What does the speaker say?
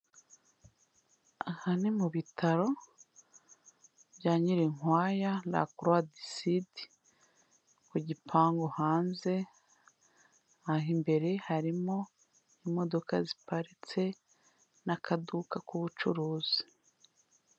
Aha ni mu bitaro bya Nyirinkwaya La Croix de Sud, ku gipangu hanze. Aha imbere harimo imodoka ziparitse n'akaduka k'ubucuruzi.